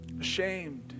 ashamed